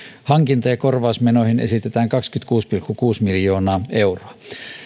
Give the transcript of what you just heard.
hankinta ja korvausmenoihin esitetään kaksikymmentäkuusi pilkku kuusi miljoonaa euroa